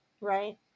right